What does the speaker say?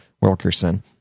Wilkerson